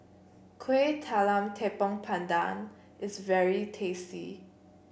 Kueh Talam Tepong Pandan is very tasty